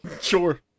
Sure